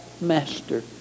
Master